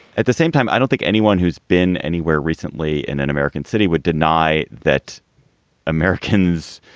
at the same time, i don't think anyone who's been anywhere recently in an american city would deny that americans,